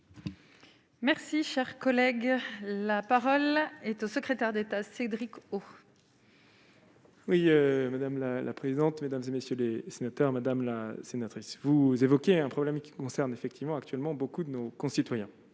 Merci, cher collègue, la parole est au secrétaire d'État, Cédric O. Oui, madame la la présidente, mesdames et messieurs les sénateurs, Madame la sénatrice, vous évoquez un problème qui concerne effectivement actuellement beaucoup de nos concitoyens,